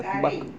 curry